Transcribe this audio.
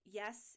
yes